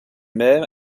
même